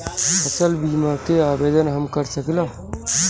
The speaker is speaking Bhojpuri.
फसल बीमा के आवेदन हम कर सकिला?